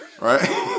Right